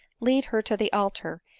lead her to the altar,